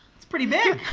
it's pretty big!